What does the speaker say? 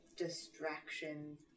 Distraction